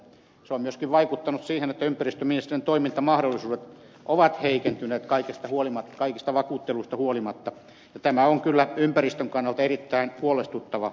se on myöskin vaikuttanut siihen että ympäristöministeriön toimintamahdollisuudet ovat heikentyneet kaikista vakuutteluista huolimatta ja tämä on kyllä ympäristön kannalta erittäin huolestuttava asia